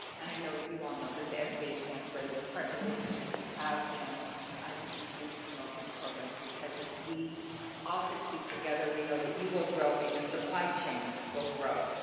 and, i know that you all know that the sba stands ready to partner with you as we have been to continue to promote these programs because as we all succeed together, we know that you will grow and your supply chains will grow,